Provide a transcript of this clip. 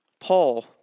Paul